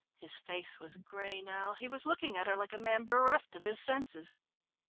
his face was grey now. he was looking at her like a man bereft of his senses.